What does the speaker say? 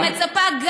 ואני מצפה,